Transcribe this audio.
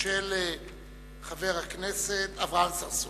של חבר הכנסת אברהם צרצור.